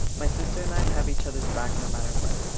my sister and i have each other's back no matter what,